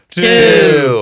two